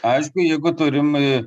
aišku jeigu turim